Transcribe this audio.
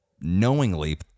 knowingly